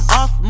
off